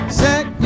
set